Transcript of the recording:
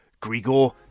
Grigor